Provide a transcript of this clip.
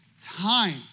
time